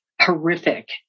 Horrific